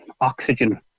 oxygen